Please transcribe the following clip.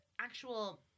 actual